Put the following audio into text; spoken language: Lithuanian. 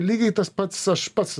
lygiai tas pats aš pats